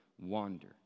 wander